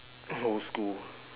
whole school